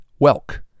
Welk